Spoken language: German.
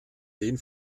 den